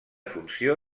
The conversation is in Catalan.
funció